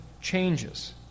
changes